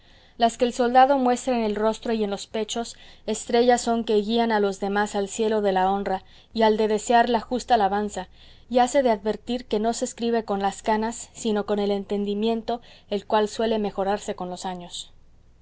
las que el soldado muestra en el rostro y en los pechos estrellas son que guían a los demás al cielo de la honra y al de desear la justa alabanza y hase de advertir que no se escribe con las canas sino con el entendimiento el cual suele mejorarse con los años